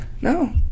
No